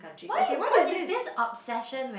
why what is this obsession with